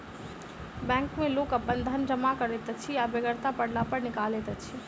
bank मे लोक अपन धन जमा करैत अछि आ बेगरता पड़ला पर निकालैत अछि